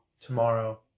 tomorrow